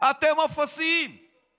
"אתם אפסים";